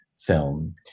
film